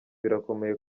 birakomeye